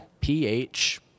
P-H